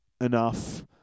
enough